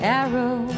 arrow